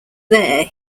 there